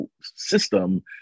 system